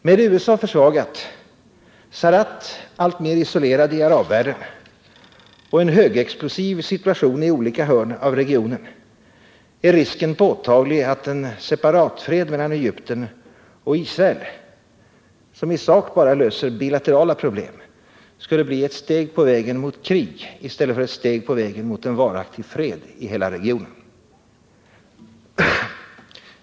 Med USA försvagat, Sadat alltmer isolerad i arabvärlden och en högex plosiv situation i olika hörn av regionen är risken påtaglig att en separatfred mellan Egypten och Israel, som i sak bara löser bilaterala problem, skulle bli ett steg på vägen mot krig i stället för ett steg på vägen mot en varaktig fred i hela regionen.